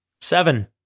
Seven